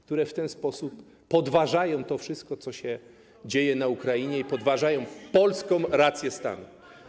które w ten sposób podważają to wszystko, co się dzieje na Ukrainie, i podważają polską rację stanu.